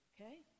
Okay